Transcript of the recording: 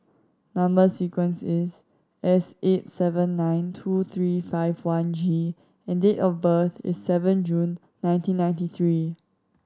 number sequence is S eight seven nine two three five one G and date of birth is seven June nineteen ninety three